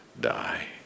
die